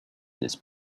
these